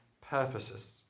purposes